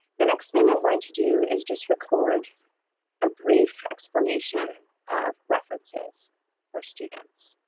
the next thing i'm going to do is just record a brief explanation of references for students.